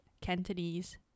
cantonese